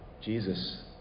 Jesus